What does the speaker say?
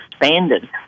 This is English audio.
expanded